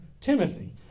Timothy